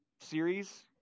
series